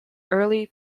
early